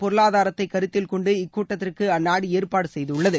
பொருளாதாரத்தை கருத்தில்கொண்டு இக்கூட்டத்திற்கு அந்நாடு ஏற்பாடு செய்துள்ளது